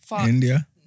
india